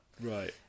Right